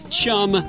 chum